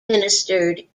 ministered